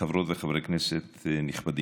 חברות וחברי כנסת נכבדים,